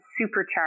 supercharged